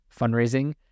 fundraising